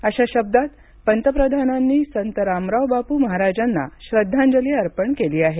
अशा शब्दात पंतप्रधानांनी संत रामराव बापू महाराजांना थद्वांजली अर्पण केली आहे